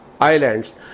islands